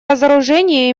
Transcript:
разоружение